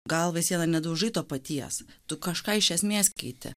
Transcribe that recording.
galva į sieną nedaužai to paties tu kažką iš esmės keiti